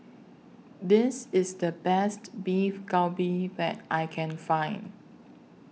This IS The Best Beef Galbi that I Can Find